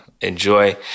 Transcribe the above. enjoy